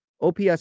OPS